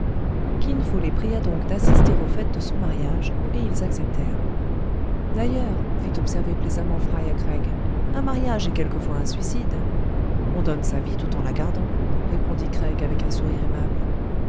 kin fo les pria donc d'assister aux fêtes de son mariage et ils acceptèrent d'ailleurs fit observer plaisamment fry à craig un mariage est quelquefois un suicide on donne sa vie tout en la gardant répondit craig avec un sourire aimable